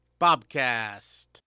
Bobcast